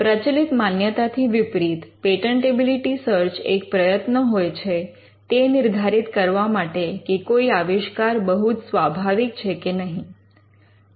પ્રચલિત માન્યતાથી વિપરીત પેટન્ટેબિલિટી સર્ચ એક પ્રયત્ન હોય છે તે નિર્ધારિત કરવા માટે કે કોઈ આવિષ્કાર બહુ જ સ્વાભાવિક છે કે નહીં